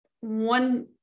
one